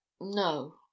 no